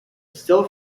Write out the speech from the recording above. still